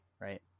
right